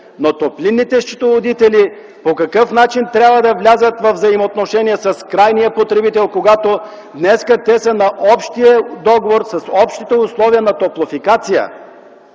Но топлинните счетоводители по какъв начин трябва да влязат във взаимоотношения с крайния потребител, когато днес те са на общия договор с общите условия на Топлофикация.